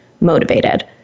motivated